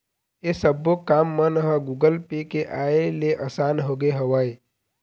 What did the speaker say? ऐ सब्बो काम मन ह गुगल पे के आय ले असान होगे हवय